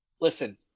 listen